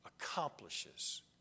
Accomplishes